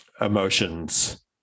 emotions